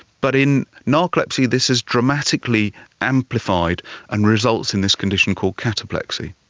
but in narcolepsy this is dramatically amplified and results in this condition called cataplexy.